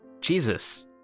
Jesus